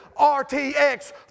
RTX